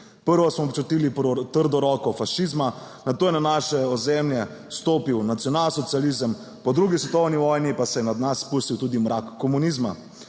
Prvo smo občutili trdo roko fašizma, nato je na naše ozemlje stopil nacionalsocializem, po drugi svetovni vojni pa se je na nas spustil tudi mrak komunizma.